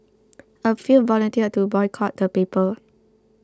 a few volunteered to boycott the paper